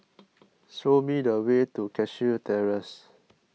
show me the way to Cashew Terrace